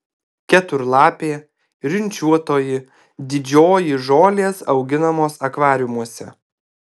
keturlapė rinčiuotoji didžioji žolės auginamos akvariumuose